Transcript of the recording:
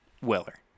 Weller